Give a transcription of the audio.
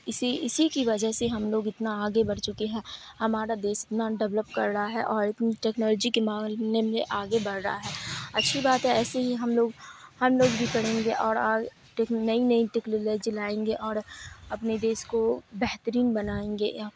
اسی اسی کی وجہ سے ہم لوگ اتنا آگے بڑھ چکے ہیں ہمارا دیس اتنا ڈیولپ کر ڑہا ہے اور اتنی ٹیکنالوجی کے معاملے میں آگے بڑھ رہا ہے اچھی بات ہے ایسے ہی ہم لوگ ہم لوگ بھی پڑھیں گے اور نئی نئی ٹیکنالوجی لائیں گے اوڑ اپنے دیس کو بہترین بنائیں گے